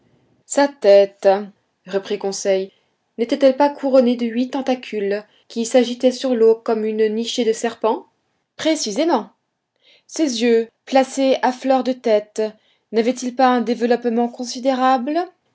sa tête reprit conseil n'était-elle pas couronnée de huit tentacules qui s'agitaient sur l'eau comme une nichée de serpents précisément ses yeux placés à fleur de tête n'avaient-ils pas un développement considérable